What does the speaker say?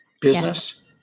business